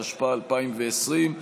התשפ"א 2020,